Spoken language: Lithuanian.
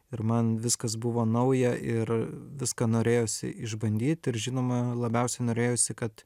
ir man viskas buvo nauja ir viską norėjosi išbandyt ir žinoma labiausiai norėjosi kad